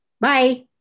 Bye